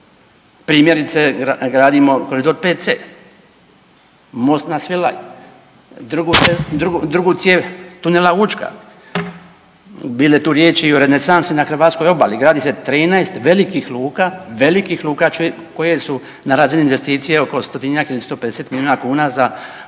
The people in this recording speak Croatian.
Primjerice gradimo koridor 5C, most na Svilaju, drugu cijev tunela Učka. Bilo je tu riječi i o renesansi na hrvatskoj obali. Gradi se 13 velikih luka koje su na razini investicije oko stotinjak ili 150 milijuna kuna za